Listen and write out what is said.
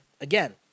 again